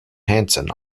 hanson